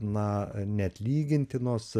na neatlygintinos